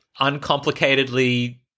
uncomplicatedly